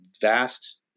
vast